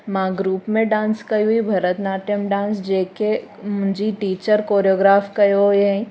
मां ग्रुप में डांस कई हुई भरतनाट्यम डांस जेके मुंहिंजी टिचर कोरयोग्राफ कयो हुयईं